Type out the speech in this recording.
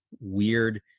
weird